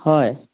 হয়